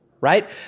right